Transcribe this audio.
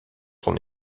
son